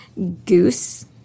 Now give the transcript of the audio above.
Goose